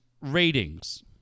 ratings